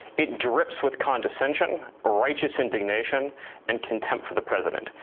it drips with condescension, righteous indignation and contempt for the president.